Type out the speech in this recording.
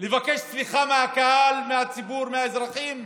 לבקש סליחה מהקהל, מהציבור, מהאזרחים,